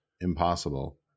impossible